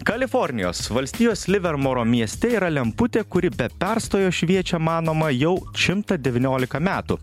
kalifornijos valstijos livermoro mieste yra lemputė kuri be perstojo šviečia manoma jau šimtą devyniolika metų